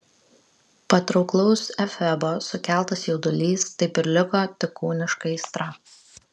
patrauklaus efebo sukeltas jaudulys taip ir liko tik kūniška aistra